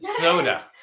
soda